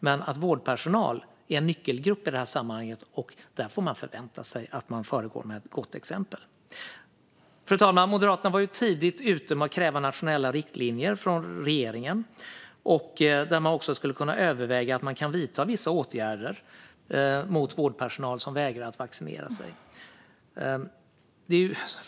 Men vårdpersonal är en nyckelgrupp i sammanhanget, och där ska vi förvänta oss att de föregår med gott exempel. Fru talman! Moderaterna var tidigt ute med att kräva nationella riktlinjer från regeringen. Man skulle också överväga att vidta vissa åtgärder mot vårdpersonal som vägrar att vaccinera sig.